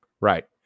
Right